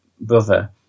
brother